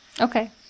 Okay